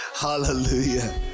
Hallelujah